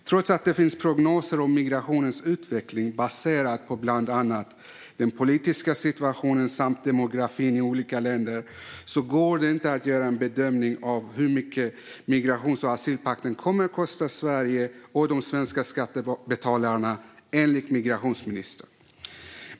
Trots att det finns prognoser för migrationens utveckling baserade på bland annat den politiska situationen samt demografin i olika länder går det inte att göra en bedömning av hur mycket migrations och asylpakten kommer att kosta Sverige och de svenska skattebetalarna, enligt migrationsministern.